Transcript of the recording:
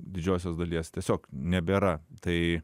didžiosios dalies tiesiog nebėra tai